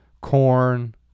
corn